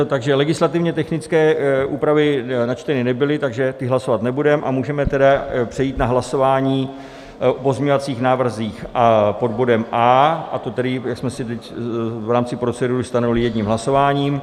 Takže legislativně technické úpravy načteny nebyly, takže ty hlasovat nebudeme a můžeme tedy přejít na hlasování o pozměňovacích návrzích pod bodem A, a to tedy, jak jsme si teď v rámci procedury stanovili, jedním hlasováním.